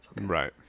Right